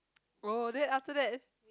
oh then after that